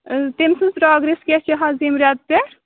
اۭں تٔمۍ سٕنٛز پرٛاگرٮ۪س کیٛاہ چھِ حظ ییٚمہِ رٮ۪تہٕ پٮ۪ٹھ